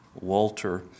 Walter